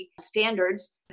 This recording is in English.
standards